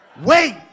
wait